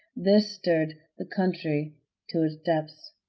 this stirred the country to its depths.